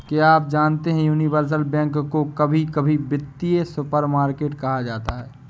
क्या आप जानते है यूनिवर्सल बैंक को कभी कभी वित्तीय सुपरमार्केट कहा जाता है?